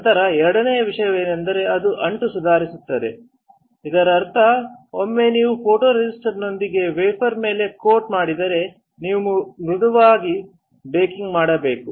ನಂತರ ಎರಡನೆಯ ವಿಷಯವೆಂದರೆ ಅದು ಅಂಟು ಸುಧಾರಿಸುತ್ತದೆ ಇದರರ್ಥ ಒಮ್ಮೆ ನೀವು ಫೋಟೊರೆಸಿಸ್ಟ್ನೊಂದಿಗೆ ವೇಫರ್ ಮೇಲೆ ಕೋಟ್ ಮಾಡಿದರೆ ನೀವು ಮೃದುವಾದ ಬೇಕಿಂಗ್ ಮಾಡಬೇಕು